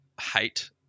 hate